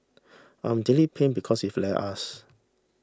I'm deeply pain because he's left us